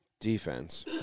Defense